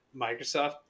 Microsoft